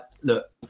look